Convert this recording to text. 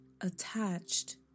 attached